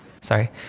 Sorry